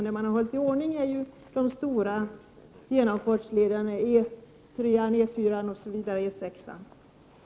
Det är bara de stora genomfartslederna E 3, E 4, E 6, osv. som har hållits i ordning.